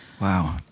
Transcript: Wow